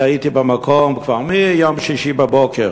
הייתי במקום כבר מיום שישי בבוקר,